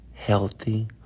healthy